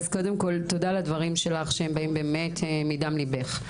תודה על הדברים, שבאים באמת מדם לבך.